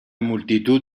multitud